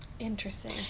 Interesting